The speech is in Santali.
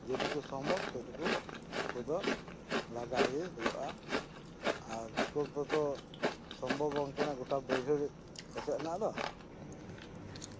ᱡᱮᱴᱩᱠᱩ ᱥᱚᱢᱵᱷᱚᱵ ᱥᱮᱴᱩᱠᱩ ᱱᱩᱠᱩ ᱫᱚ ᱞᱟᱜᱟ ᱜᱮ ᱦᱩᱭᱩᱜᱼᱟ ᱟᱨ ᱵᱤᱠᱤᱞᱯᱚ ᱫᱚ ᱥᱚᱢᱵᱷᱚᱵ ᱵᱟᱝ ᱠᱟᱱᱟ ᱜᱚᱴᱟ ᱵᱟᱹᱭᱦᱟᱹᱲ ᱮᱥᱮᱫ ᱨᱮᱱᱟᱜ ᱫᱚ